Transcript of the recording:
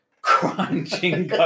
crunching